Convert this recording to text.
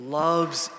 loves